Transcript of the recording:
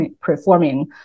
performing